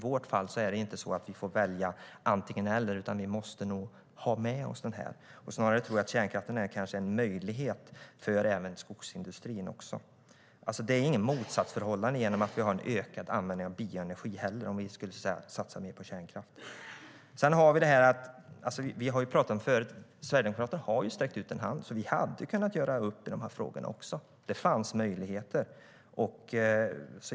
Vi kan inte välja antingen eller, utan vi måste nog ha den med oss. Snarare tror jag att kärnkraften är en möjlighet för skogsindustrin också. Det finns inget motsatsförhållande mot en ökad användning av bioenergi heller om vi skulle satsa mer på kärnkraft. Sverigedemokraterna har ju sträckt ut en hand. Vi hade kunnat göra upp i de här frågorna. Det fanns möjligheter.